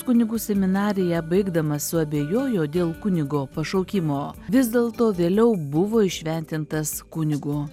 kunigų seminariją baigdamas suabejojo dėl kunigo pašaukimo vis dėlto vėliau buvo įšventintas kunigu